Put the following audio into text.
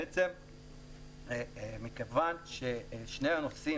בעצם מכיוון ששני הנושאים,